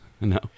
No